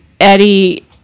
Eddie